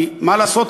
כי מה לעשות,